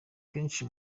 kenshi